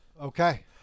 Okay